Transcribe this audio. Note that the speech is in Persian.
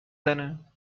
زنه